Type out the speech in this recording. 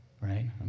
right